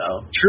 True